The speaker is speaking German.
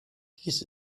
dies